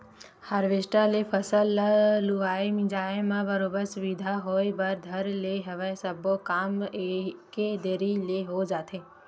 harvester ले फसल ल लुवाए मिंजाय म बरोबर सुबिधा होय बर धर ले हवय सब्बो काम एके दरी ले हो जाथे